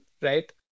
right